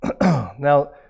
Now